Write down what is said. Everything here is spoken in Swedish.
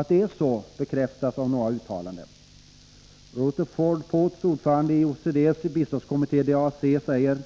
Att det är på detta sätt bekräftas av några uttalanden. Rutherford Poats, ordförande för OECD:s biståndskommitté DAC säger: